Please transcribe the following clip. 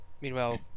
meanwhile